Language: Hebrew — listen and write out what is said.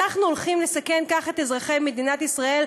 אנחנו הולכים לסכן כך את אזרחי מדינת ישראל,